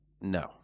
No